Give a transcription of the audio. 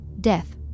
death